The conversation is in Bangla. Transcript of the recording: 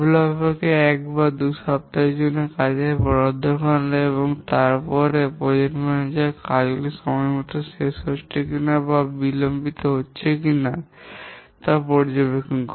বিকাশকারী কে 1 বা 2 সপ্তাহের জন্য কাজ বরাদ্দ করা হয় এবং তারপরে প্রকল্প ম্যানেজার রা কাজটি সময়মতো শেষ হচ্ছে বা বিলম্বিত হচ্ছে কিনা তা পর্যবেক্ষণ করে